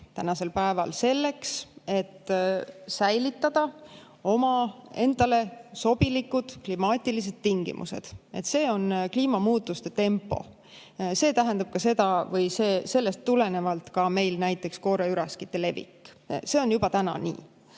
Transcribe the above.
115 sentimeetrit selleks, et säilitada endale sobilikud klimaatilised tingimused. See on kliimamuutuste tempo. See tähendab ka seda või sellest tuleneb ka meil näiteks kooreüraskite levik. See on juba täna nii.